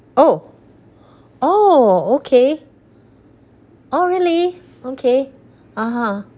oh oh okay oh really okay (uh huh)